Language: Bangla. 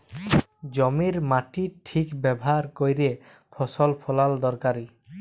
জমির মাটির ঠিক ব্যাভার ক্যইরে ফসল ফলাল দরকারি